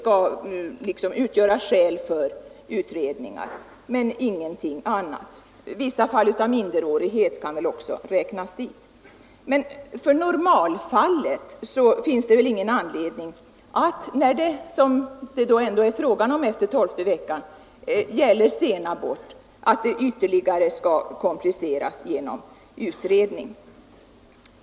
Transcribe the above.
Vissa fall av minderårighet kan väl också räknas dit. Men normalfallen — när det, som det ändå är fråga om efter tolfte veckan, gäller sen abort — finns det väl ingen anledning att ytterligare komplicera genom utredningar.